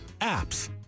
APPS